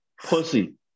Pussy